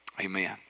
Amen